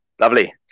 lovely